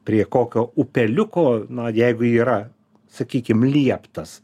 prie kokio upeliuko na jeigu yra sakykim lieptas